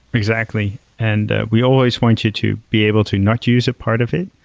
exactly, and we always wanted to be able to not use a part of it,